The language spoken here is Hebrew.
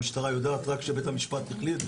המשטרה יודעת רק כשבית המשפט מחליט,